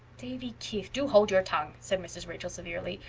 davy keith, do hold your tongue, said mrs. rachel severely.